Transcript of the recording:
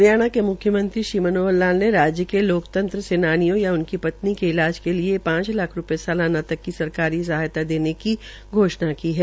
हरियाणा में मुख्यमंत्री श्री मनोहर लाल ने राज्य के लोकतंत्र सेनानियों या उनकी पत्नी के इलाज के यि पांच पांच लाख रूपये सलाना तक की सरकारी सहायता देने की घोषणा की है